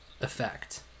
effect